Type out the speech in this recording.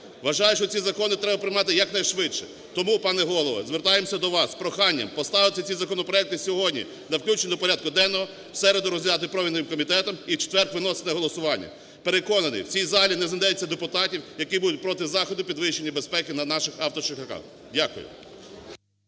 Вважаємо, що ці закони треба приймати якнайшвидше. Тому, пане Голово, звертаємося до вас з проханням поставити ці законопроекти сьогодні для включення до порядку денного, в середу розглянути профільним комітетом і в четвер виносити на голосування. Переконаний, в цій залі не знайдеться депутатів, які будуть проти заходів підвищення безпеки на наших автошляхах. Дякую.